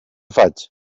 faig